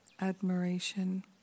admiration